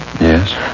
Yes